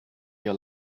your